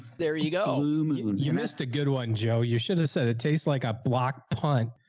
there you go. um you you missed a good one, joe. you should've said it tastes like a block punk.